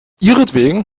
ihretwegen